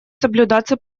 соблюдаться